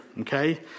okay